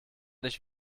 nicht